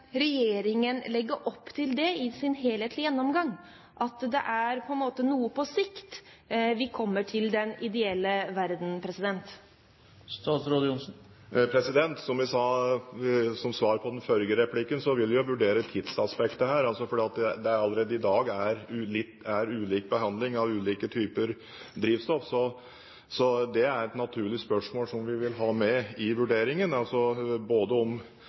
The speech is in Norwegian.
regjeringen legge opp til det i sin helhetlige gjennomgang – at det er noe på sikt at vi kommer til den ideelle verden? Som jeg sa som svar på den forrige replikken, vil jeg vurdere tidsaspektet her, for allerede i dag er det ulik behandling av ulike typer drivstoff. Så det er et naturlig spørsmål, som vi vil ha med i vurderingen – både